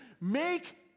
make